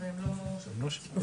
ולא הגיעו.